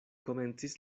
komencis